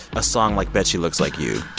a song like bet she looks like you.